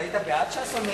אתה היית בעד ש"ס או נגד?